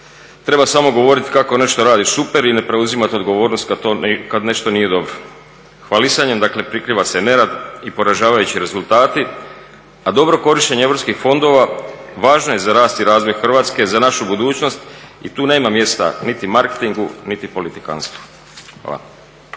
treba smo govoriti kako nešto radiš super i ne preuzimat odgovornost kad nešto nije dobro. Hvalisanjem dakle prikriva se nerad i poražavajući rezultati, a dobro korištenje europskih fondova važno je za rast i razvoj Hrvatske, za našu budućnost i tu nema mjesta niti marketingu, niti politikantstvu.